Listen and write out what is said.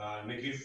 בנגיף,